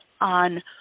on